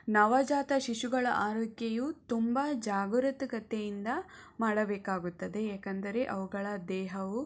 ನವಜಾತ ಶಿಶುಗಳ ಆರೈಕೆಯು ತುಂಬ ಜಾಗರೂಕತೆಯಿಂದ ಮಾಡಬೇಕಾಗುತ್ತದೆ ಏಕೆಂದರೆ ಅವುಗಳ ದೇಹವು